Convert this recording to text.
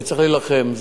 וצריך להילחם.